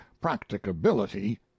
practicability